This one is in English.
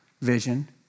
vision